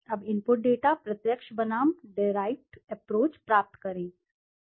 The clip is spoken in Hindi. अब इनपुट डेटा प्रत्यक्ष बनाम डेराइवड एप्रोच प्राप्त करें